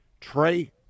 Trey